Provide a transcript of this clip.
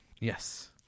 Yes